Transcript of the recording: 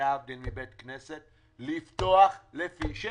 להבדיל מבית כנסת, לפתוח לפי שטח.